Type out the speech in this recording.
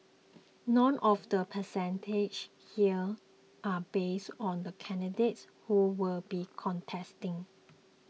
none of the percentages here are based on the candidates who will be contesting